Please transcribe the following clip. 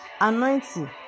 anointing